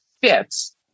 fits